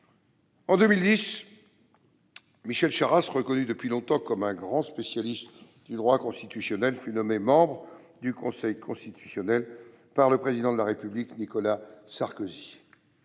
En 2010, Michel Charasse, reconnu depuis longtemps comme un grand spécialiste du droit constitutionnel, fut nommé membre du Conseil constitutionnel par le Président de la République Nicolas Sarkozy.